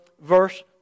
verse